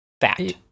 fact